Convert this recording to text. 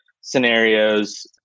scenarios